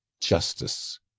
Justice